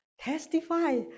Testify